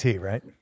right